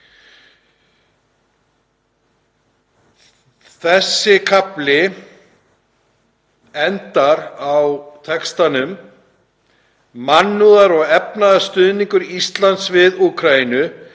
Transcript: Þessi kafli endar á textanum: „Mannúðar- og efnahagsstuðningur Íslands við Úkraínu